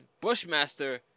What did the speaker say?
Bushmaster